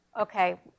okay